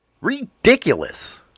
Ridiculous